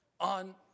on